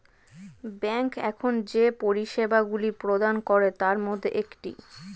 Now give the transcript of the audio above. bank এখন যে পরিষেবাগুলি প্রদান করে তার মধ্যে একটি